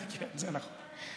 זה נכון.